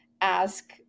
ask